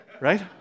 right